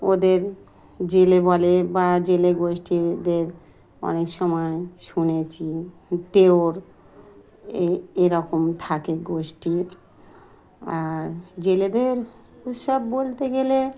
ওদের জেলে বলে বা জেলে গোষ্ঠীদের অনেক সময় শুনেছি যে ওর এ এরকম থাকে গোষ্ঠীর আর জেলেদের উৎসব বলতে গেলে